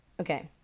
okay